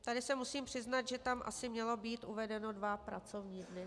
Tady se musím přiznat, že tam asi mělo být uvedeno dva pracovní dny.